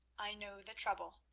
i know the trouble,